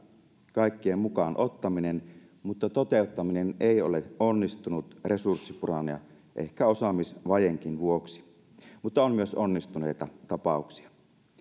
kaikkien mukaan ottaminen mutta toteuttaminen ei ole onnistunut resurssipulan ja ehkä osaamisvajeenkin vuoksi mutta on myös onnistuneita tapauksia